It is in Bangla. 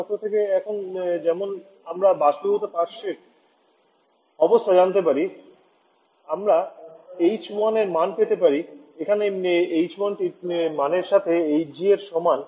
চক্র থেকে এখন যেমন আমরা বাষ্পীভূত পাশের অবস্থা জানি আমরা H 1 এর মান পেতে পারি যেখানে H 1 টি এর মানের সাথে hg এর সমান